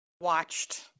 watched